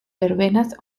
verbenas